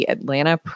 Atlanta